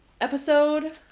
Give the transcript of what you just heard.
episode